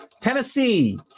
Tennessee